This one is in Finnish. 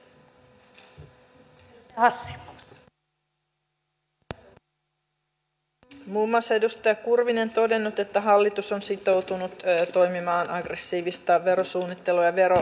täällä on muun muassa edustaja kurvinen todennut että hallitus on sitoutunut toimimaan aggressiivista verosuunnittelua ja verovälttelyä vastaan